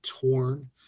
torn